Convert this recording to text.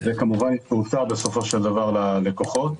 וכמובן יגיע בסופו של דבר ללקוחות.